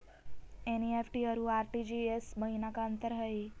NEFT अरु RTGS महिना का अंतर हई?